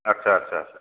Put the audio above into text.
आत्सा आत्सा